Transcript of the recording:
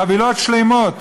חבילות שלמות